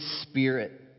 spirit